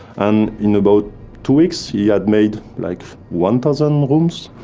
and in about two weeks, he had made like one thousand rooms.